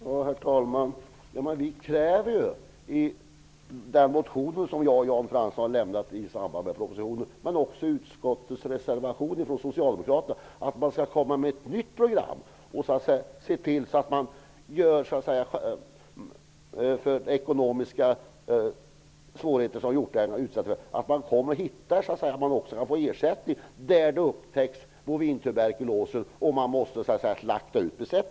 Herr talman! Vi kräver ju i den motion som jag och Jan Fransson väckte i anledning av propositionen, liksom i Socialdemokraternas reservation i utskottet, att man skall lägga fram ett nytt program och se till att hjortägarna får ersättning om de utsätts för ekonomiska svårigheter i samband med att bovintuberkulos upptäcks och besättningar måste slaktas.